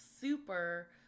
super